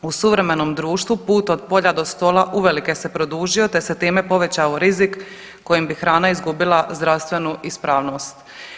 U suvremenom društvu put od polja do stola uvelike se produžio, te se time povećao rizik kojim bi hrana izgubila zdravstvenu ispravnost.